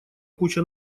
куча